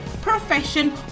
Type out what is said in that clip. Profession